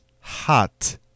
hot